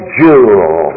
jewel